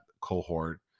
cohort